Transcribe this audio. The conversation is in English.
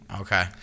Okay